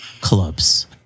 clubs